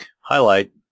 highlight